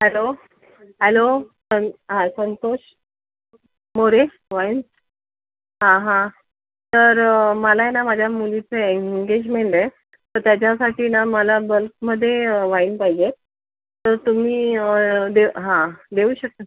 hello hello सं हां Santosh More wine हां हां तर मला आहे ना माझ्या मुलीचं एंगेजमेंट आहे तर त्याच्यासाठी ना मला बल्कमध्ये वाईन पाहिजे तर तुम्ही हां देऊ शकता